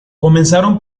comenzaron